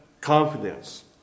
confidence